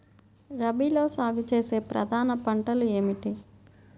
రబీలో సాగు చేసే ప్రధాన పంటలు ఏమిటి?